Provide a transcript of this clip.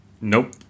Nope